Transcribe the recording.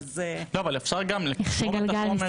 עבדתי אתם על הכול,